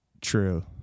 True